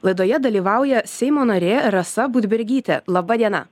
laidoje dalyvauja seimo narė rasa budbergytė laba diena